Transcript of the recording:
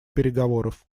переговоров